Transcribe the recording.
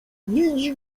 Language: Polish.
widzi